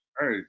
Hey